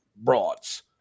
broads